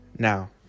Now